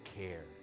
care